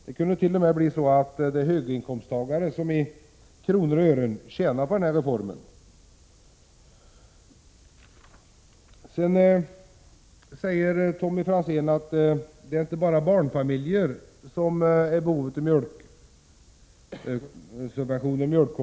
Det kunde rent av bli så att höginkomsttagare, räknat i kronor och ören skulle tjäna på denna reform. Tommy Franzén säger vidare att det inte bara är barnfamiljer som är i behov av mjölksubventioner.